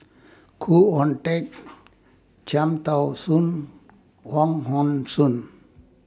Khoo Oon Teik Cham Tao Soon Wong Hong Suen